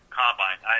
combine